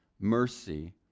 mercy